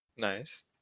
Nice